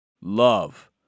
love